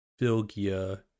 filgia